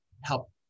help